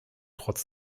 trotz